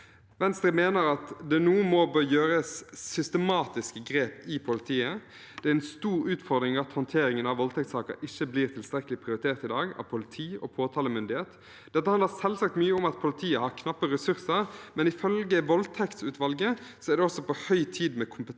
Venstre mener at det nå må tas systematiske grep i politiet. Det er en stor utfordring at håndteringen av voldtektssaker i dag ikke blir tilstrekkelig prioritert av politi og påtalemyndighet. Dette handler selvsagt mye om at politiet har knappe ressurser, men ifølge voldtektsutvalget er det også på høy tid med et kompetanseløft.